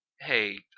hey